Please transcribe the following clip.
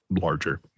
larger